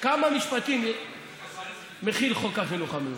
כמה משפטים מכיל חוק החינוך המיוחד?